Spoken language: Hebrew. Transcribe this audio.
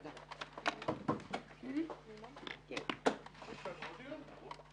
הישיבה ננעלה בשעה 10:52.